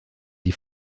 die